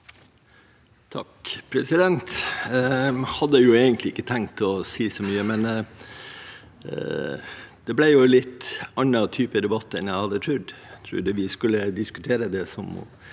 (Sp) Jeg hadde egentlig ikke tenkt å si så mye. Det ble en litt annen type debatt enn jeg hadde trodd. Jeg trodde vi skulle diskutere det som